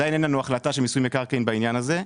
מיסוי מקרקעין בעניין הזה.